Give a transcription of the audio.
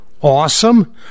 Awesome